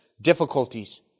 difficulties